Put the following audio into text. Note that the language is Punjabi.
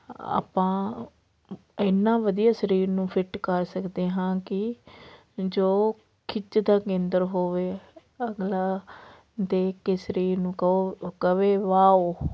ਆਪਾਂ ਇੰਨਾ ਵਧੀਆ ਸਰੀਰ ਨੂੰ ਫਿੱਟ ਕਰ ਸਕਦੇ ਹਾਂ ਕਿ ਜੋ ਖਿੱਚ ਦਾ ਕੇਂਦਰ ਹੋਵੇ ਅਗਲਾ ਦੇਖ ਕੇ ਸਰੀਰ ਨੂੰ ਕਹੋ ਕਹੇ ਵਾਓ